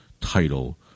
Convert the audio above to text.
title